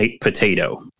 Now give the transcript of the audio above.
potato